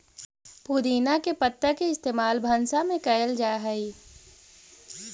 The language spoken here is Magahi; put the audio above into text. पुदीना के पत्ता के इस्तेमाल भंसा में कएल जा हई